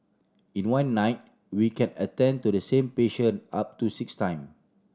in one night we can attend to the same patient up to six time